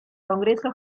congreso